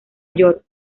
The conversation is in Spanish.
york